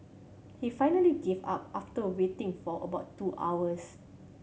he finally gave up after waiting for about two hours